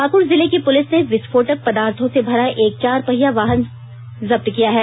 पाक्ड़ जिले की पुलिस ने विस्फोटक पदार्थो से भरा एक चार पहिया वाहन को जप्त किया है